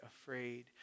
afraid